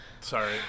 Sorry